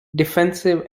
defensive